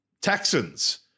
Texans